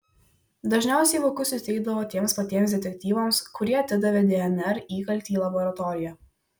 dažniausiai vokus įteikdavo tiems patiems detektyvams kurie atidavė dnr įkaltį į laboratoriją